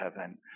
heaven